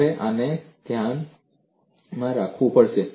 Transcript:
તમારે આને ધ્યાનમાં રાખવું પડશે